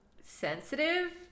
sensitive